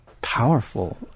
powerful